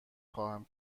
خواهم